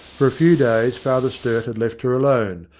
for a few days father sturt had left her alone,